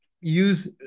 use